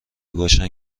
باشم